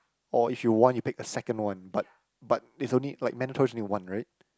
or if you want you pick the second one but but it's only like mandatory is only one right